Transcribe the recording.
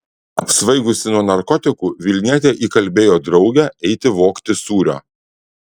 apsvaigusi nuo narkotikų vilnietė įkalbėjo draugę eiti vogti sūrio